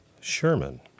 Sherman